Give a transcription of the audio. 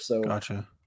Gotcha